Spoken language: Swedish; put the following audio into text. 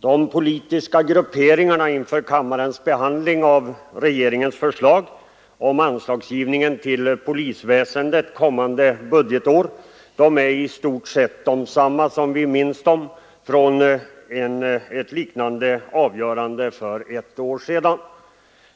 De politiska grupperingarna inför kammarens behandling av regeringens förslag om anslagsgivningen till polisväsendet kommande budgetår är i stort sett desamma som vi minns dem från liknande avgörande för ett år sedan.